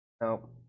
Nope